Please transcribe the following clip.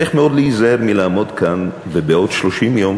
צריך מאוד להיזהר מלעמוד כאן ובעוד 30 יום